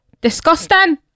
disgusting